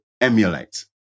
emulate